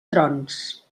trons